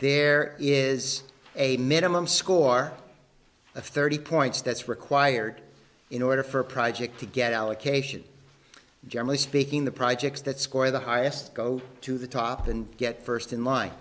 there is a minimum score of thirty points that's required in order for a project to get allocation generally speaking the projects that score the highest go to the top and get first in line